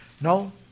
No